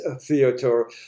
theater